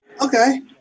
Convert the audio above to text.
Okay